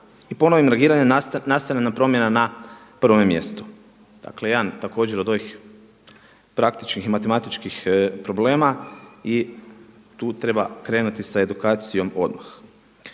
prvo rangirana i … nastavljena promjena na prvome mjestu. Dakle jedan također od ovih praktičkih matematičkih problema i tu treba krenuti sa edukacijom odmah.